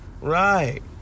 Right